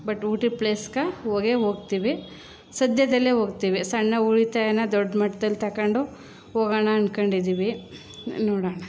but Ooty ಪ್ಲೇಸ್ಗೆ ಹೋಗಿಯೇ ಹೋಗ್ತೀವಿ ಸದ್ಯದಲ್ಲೇ ಹೋಗ್ತೀವಿ ಸಣ್ಣ ಉಳಿತಾಯನ ದೊಡ್ಡ ಮಟ್ದಲ್ಲಿ ತಗೊಂಡು ಹೋಗೋಣ ಅಂದ್ಕೊಂಡಿದ್ದೀವಿ ನೋಡೋಣ